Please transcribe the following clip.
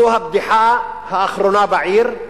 זו הבדיחה האחרונה בעיר,